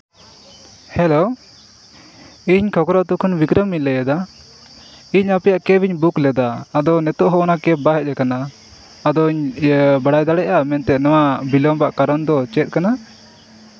hello ᱤᱧ ᱠᱷᱚᱠᱠᱨᱚ ᱟᱛᱳ ᱠᱷᱚᱱ ᱵᱤᱠᱨᱚᱢᱤᱧ ᱞᱟᱹᱭ ᱮᱫᱟ ᱤᱧ ᱟᱯᱮᱭᱟᱜ ᱠᱮᱵᱽ ᱤᱧ ᱵᱩᱠ ᱞᱮᱫᱟ ᱟᱫᱚ ᱱᱤᱛᱚᱜ ᱦᱚᱸ ᱚᱱᱟ ᱠᱮᱵᱽ ᱵᱟᱝ ᱦᱮᱡ ᱟᱠᱟᱱᱟ ᱟᱫᱚᱧ ᱵᱟᱲᱟᱭ ᱫᱟᱲᱮᱭᱟᱜᱼᱟ ᱢᱮᱱᱛᱮ ᱱᱚᱣᱟ ᱵᱤᱞᱚᱢᱚᱜ ᱠᱟᱨᱚᱱ ᱫᱚ ᱪᱮᱫ ᱠᱟᱱᱟ